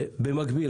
במקביל,